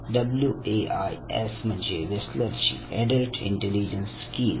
W A I S म्हणजे Wechsler ची adult intelligence skill